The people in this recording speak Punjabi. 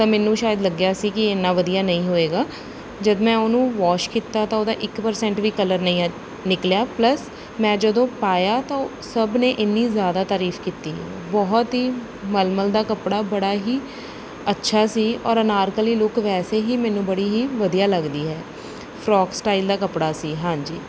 ਤਾਂ ਮੈਨੂੰ ਸ਼ਾਇਦ ਲੱਗਿਆ ਸੀ ਕਿ ਇੰਨਾ ਵਧੀਆ ਨਹੀਂ ਹੋਏਗਾ ਜਦ ਮੈਂ ਉਹਨੂੰ ਵੋਸ਼ ਕੀਤਾ ਤਾਂ ਉਹਦਾ ਇੱਕ ਪਰਸੈਂਟ ਵੀ ਕਲਰ ਨਹੀਂ ਨਿਕਲਿਆ ਪਲਸ ਮੈਂ ਜਦੋਂ ਪਾਇਆ ਤਾਂ ਉਹ ਸਭ ਨੇ ਐਨੀ ਜ਼ਿਆਦਾ ਤਾਰੀਫ ਕੀਤੀ ਬਹੁਤ ਹੀ ਮਲਮਲ ਦਾ ਕੱਪੜਾ ਬੜਾ ਹੀ ਅੱਛਾ ਸੀ ਔਰ ਅਨਾਰਕਲੀ ਲੁੱਕ ਵੈਸੇ ਹੀ ਮੈਨੂੰ ਬੜੀ ਹੀ ਵਧੀਆ ਲੱਗਦੀ ਹੈ ਫ੍ਰੋਕ ਸਟਾਈਲ ਦਾ ਕੱਪੜਾ ਸੀ ਹਾਂਜੀ